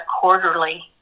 quarterly